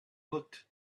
looked